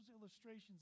illustrations